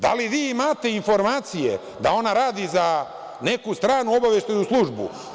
Da li vi imate informacije da ona radi za neku stranu obaveštajnu službu?